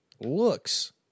looks